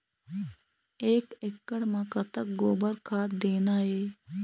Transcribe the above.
एक एकड़ म कतक गोबर खाद देना ये?